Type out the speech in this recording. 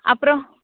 அப்புறோம்